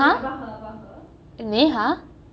!huh! neha